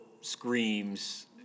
screams